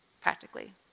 practically